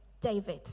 David